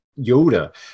Yoda